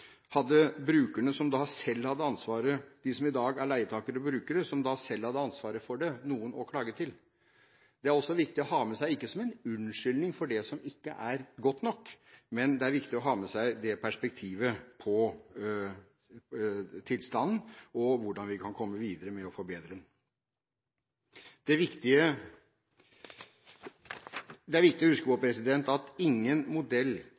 Hadde brukerne – de som i dag er leietakere og brukere – som da selv hadde ansvaret for det, noen å klage til? Det er det også viktig å ha med seg, ikke som en unnskyldning for det som ikke er godt nok, men som et viktig perspektiv på tilstanden, med tanke på hvordan vi kan komme videre med å forbedre den. Det er viktig å huske på at ingen modell